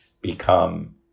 become